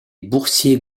boursier